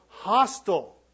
Hostile